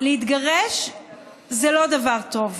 להתגרש זה לא דבר טוב,